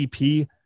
EP